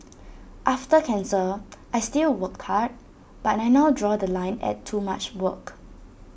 after cancer I still work hard but I now draw The Line at too much work